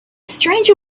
stranger